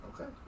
Okay